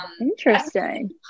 interesting